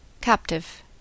captive